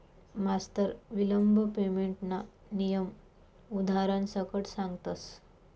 मास्तर विलंब पेमेंटना नियम उदारण सकट सांगतस